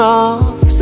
off